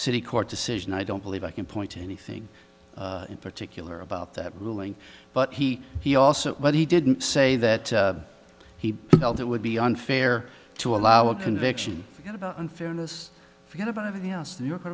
city court decision i don't believe i can point to anything in particular about that ruling but he he also but he didn't say that he felt it would be unfair to allow a conviction forget about unfairness forget about everything else new yo